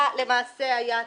למעשה היה -- לא,